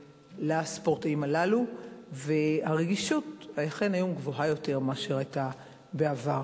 לספורטאים הללו והרגישות אכן היום גבוהה יותר מאשר היתה בעבר.